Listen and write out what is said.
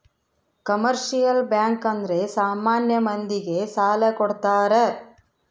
commercial bank ಅಂದ್ರೆ ಸಾಮಾನ್ಯ ಮಂದಿ ಗೆ ಸಾಲ ಕೊಡ್ತಾರ